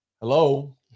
Hello